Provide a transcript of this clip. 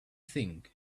thing